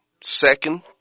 Second